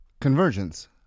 convergence